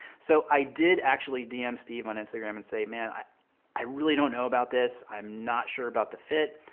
so i did actually dm steve on instagram and say, man, i i really don't know about this. i'm not sure about the fit.